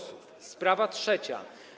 Sprawa trzecia.